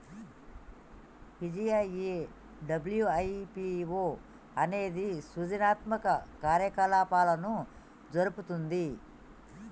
విజయ ఈ డబ్ల్యు.ఐ.పి.ఓ అనేది సృజనాత్మక కార్యకలాపాలను జరుపుతుంది